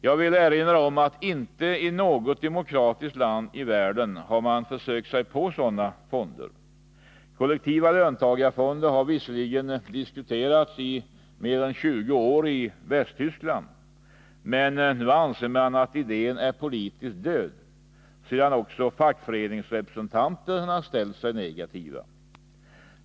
Jag vill erinra om att man inte i något demokratiskt land i världen har försökt sig på sådana fonder. Kollektiva löntagarfonder har visserligen diskuterats i mer än 20 år i Västtyskland, men nu anser man att idén är politiskt död sedan också fackföreningsrepresentanterna ställt sig negativa.